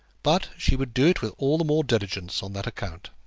but she would do it with all the more diligence on that account.